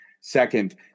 second